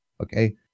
Okay